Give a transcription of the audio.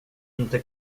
inte